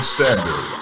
Standard